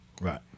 Right